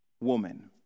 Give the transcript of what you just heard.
woman